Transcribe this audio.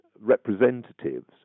representatives